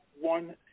one